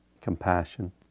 compassion